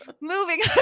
Moving